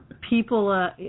people